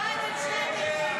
ההצעה